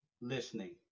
listening